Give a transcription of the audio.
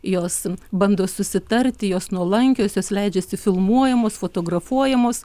jos bando susitarti jos nuolankios jos leidžiasi filmuojamos fotografuojamos